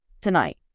tonight